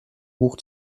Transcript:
hoch